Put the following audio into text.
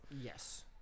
Yes